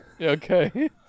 Okay